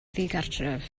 ddigartref